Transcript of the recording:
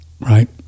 right